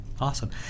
awesome